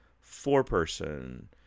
four-person